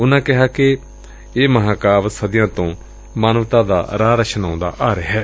ਉਨੂਾਂ ਕਿਹਾ ਕਿ ਇਹ ਮਹਾਂ ਕਾਵਿ ਸਦੀਆਂ ਤੋਂ ਮਾਨਵਤਾ ਦਾ ਰਾਹ ਰੁਸ਼ਨਾਉਂਦਾ ਆ ਰਿਹੈ